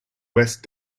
west